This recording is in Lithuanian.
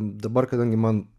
dabar kadangi man